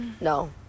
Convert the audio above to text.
no